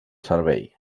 servei